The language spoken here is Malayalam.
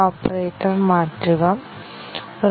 ടെസ്റ്ററിന് എന്താണ് ചെയ്യേണ്ടത്